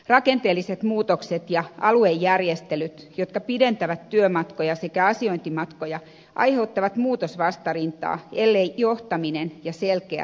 rakenteelliset muutokset ja aluejärjestelyt jotka pidentävät työmatkoja sekä asiointimatkoja aiheuttavat muutosvastarintaa ellei johtaminen ja selkeä työnohjaus toimi